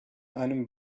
einem